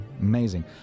amazing